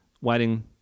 waiting